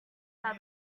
how